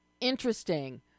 interesting